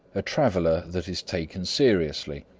a traveler that is taken seriously.